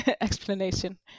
explanation